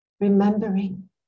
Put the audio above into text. Remembering